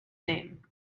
name